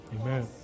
Amen